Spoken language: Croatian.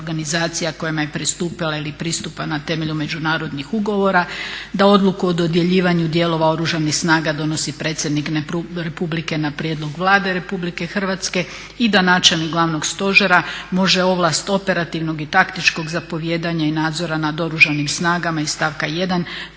kojima je pristupila ili pristupa na temelju međunarodnih ugovora da odluku o dodjeljivanju dijelova Oružanih snaga donosi predsjednik Republike na prijedlog Vlade Republike Hrvatske i da načelnik Glavnog stožera može ovlast operativnog i taktičkog zapovijedanja i nadzora nad Oružanim snagama iz stavka 1. prenijeti